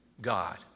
God